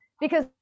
because-